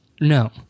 No